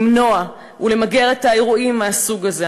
למנוע ולמגר אירועים מהסוג הזה.